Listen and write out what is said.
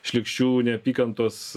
šlykščių neapykantos